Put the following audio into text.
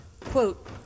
Quote